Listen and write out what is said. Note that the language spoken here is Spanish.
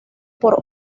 por